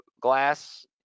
glass